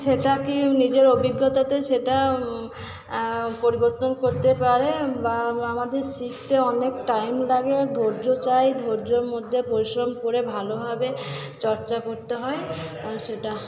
সেটাকে নিজের অভিজ্ঞতাতে সেটা পরিবর্তন করতে পারে বা আমাদের শিখতে অনেক টাইম লাগে ধৈর্য চাই ধৈর্যর মধ্যে পরিশ্রম করে ভালোভাবে চর্চা করতে হয় সেটা